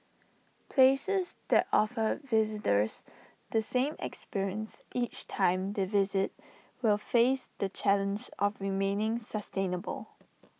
places that offer visitors the same experience each time they visit will face the challenge of remaining sustainable